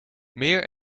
meer